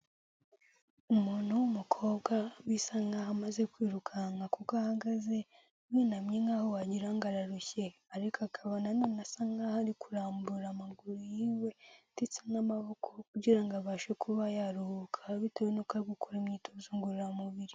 Umuntu w'umukobwa bisa nk'aho amaze kwirukanka, kuko ahagaze, yunamye nk'aho wagira ngo ararushye, ariko akaba nanone asa nk'aho ari kurambura amaguru y'iwe ndetse n'amaboko, kugira abashe kuba yaruhuka, bitewe n'uko ari gukora imyitozo ngororamubiri.